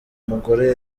mugore